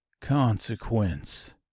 consequence